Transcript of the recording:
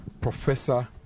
Professor